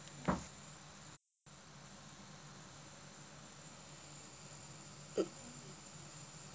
mm